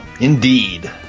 Indeed